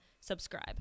subscribe